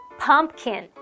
pumpkin